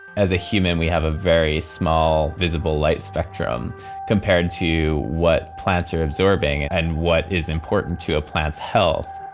as a human, we have a very small, visible light spectrum compared to what plants are absorbing and what is important to a plant's health